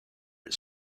its